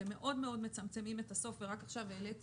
אתם מאוד מאוד מצמצמים את הסוף, ורק עכשיו העליתי